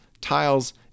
tiles